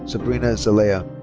sabrina zelaya.